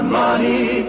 money